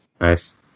Nice